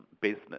business